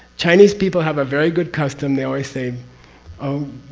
chinese people have a very good custom, they always say oh,